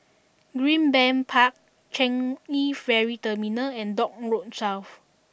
Greenbank Park Changi Ferry Terminal and Dock Road South